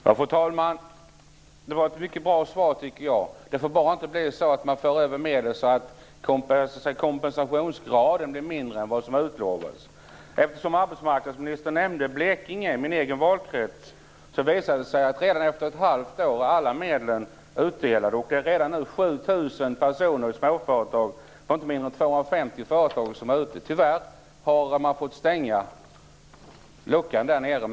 Fru talman! Jag tycker att det var ett mycket bra svar. Men det får inte bli så att man för över medel så att kompensationsgraden blir mindre än vad som har utlovats. Arbetsmarknadsministern nämnde Blekinge, min egen valkrets. Där visade det sig att redan efter ett halvt år var alla medel utdelade. Redan nu är det 7 000 personer i inte mindre 250 småföretag som är ute. Tyvärr har man fått stänga luckan där nere.